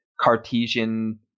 Cartesian